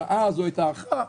אלא אז זו הייתה ההערכה,